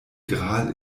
gral